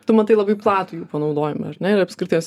tu matai labai platų jų panaudojimą ar ne ir apskritai jos